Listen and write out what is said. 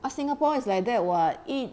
ah singapore is like that [what] eat